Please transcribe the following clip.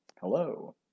Hello